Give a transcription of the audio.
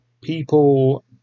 people